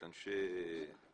מפלגת הליכוד כיאה לאיש פוליטי.